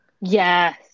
yes